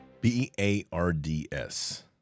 B-A-R-D-S